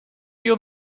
you